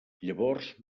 llavors